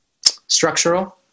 structural